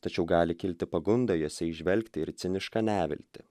tačiau gali kilti pagunda jose įžvelgti ir cinišką neviltį